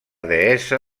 deessa